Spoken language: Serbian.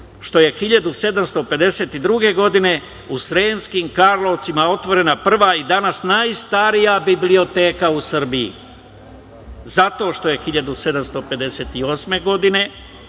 što je 1752. godine, u Sremskim Karlovcima otvorena prva i danas najstarija biblioteka u Srbiji, zato što je 1758. godine